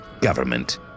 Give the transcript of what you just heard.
government